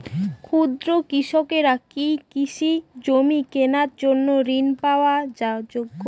ক্ষুদ্র কৃষকরা কি কৃষি জমি কেনার জন্য ঋণ পাওয়ার যোগ্য?